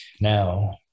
now